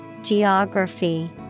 Geography